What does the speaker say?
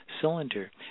cylinder